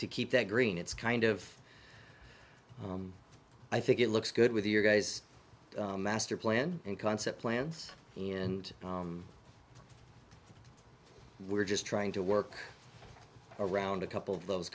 to keep that green it's kind of i think it looks good with your guys master plan and concept plans and we're just trying to work around a couple of those